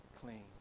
clean